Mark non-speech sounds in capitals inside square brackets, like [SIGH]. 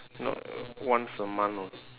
no [NOISE] once a month lor